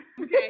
Okay